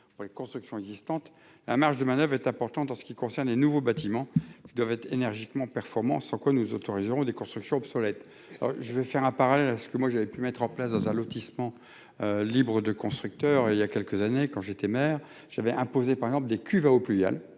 pour les constructions existantes hein marge de manoeuvre est importante en ce qui concerne les nouveaux bâtiments doivent être énergiquement performance sans quoi nous autoriserons des constructions obsolète. Je vais faire un parallèle à ce que moi j'avais pu mettre en place dans un lotissement libre de constructeurs et il y a quelques années, quand j'étais maire, j'avais imposée par exemple des cuves à eaux pluviales